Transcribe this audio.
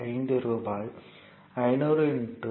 5 ரூபாய் 500 2